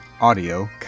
Audio